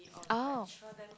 oh